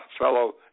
fellow